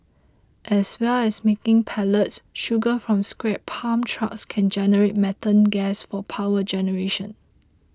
as well as making pellets sugar from scrapped palm trunks can generate methane gas for power generation